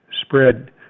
spread